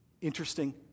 Interesting